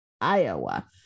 Iowa